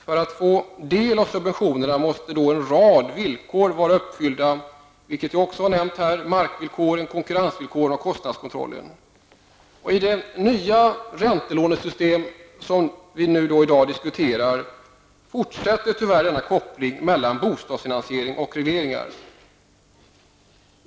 För att få del av subventionerna måste, som också nämnts, en rad villkor uppfyllas såsom markvillkor, konkurrensvillkor och kostnadskontroll. I det nya räntelånesystem som vi i dag debatterar fortsätter tyvärr denna koppling mellan bostadsfinansiering och regleringar.